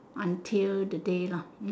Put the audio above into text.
until the day lah